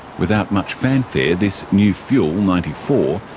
without much fanfare this new fuel, ninety four,